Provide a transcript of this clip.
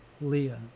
Leah